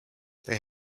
they